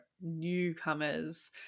newcomers